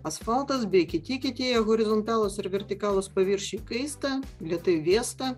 asfaltas bei kiti kietieji horizontalūs ar vertikalūs paviršiai kaista lėtai vėsta